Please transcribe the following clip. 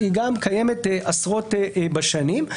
גם היא קיימת עשרות בשנים.